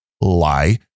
lie